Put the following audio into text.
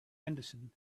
henderson